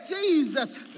Jesus